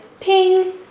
ping